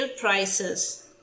prices